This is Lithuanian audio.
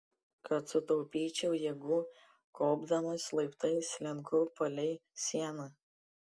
kad sutaupyčiau jėgų kopdamas laiptais slenku palei sieną